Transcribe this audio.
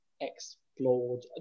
explored